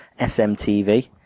SMTV